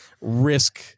risk